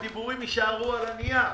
הדיבורים יישארו על הנייר,